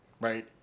right